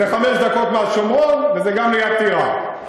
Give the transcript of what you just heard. זה חמש דקות מהשומרון, וזה גם ליד טירה.